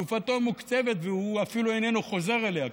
תקופתו מוקצבת והוא אפילו איננו חוזר אליה.